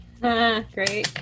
Great